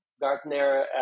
Gartner